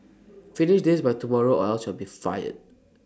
finish this by tomorrow or else you'll be fired